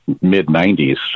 mid-90s